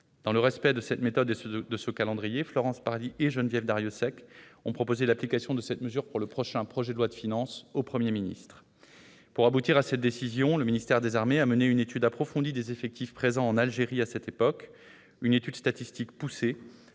Dans le respect de cette méthode et de ce calendrier, Florence Parly et Geneviève Darrieussecq ont proposé au Premier ministre d'inscrire cette mesure dans le prochain projet de loi de finances. Pour aboutir à cette décision, le ministère des armées a mené une étude approfondie des effectifs présents en Algérie à cette époque. Un travail statistique poussé,